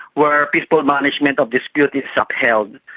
where peaceful management of disputes is upheld.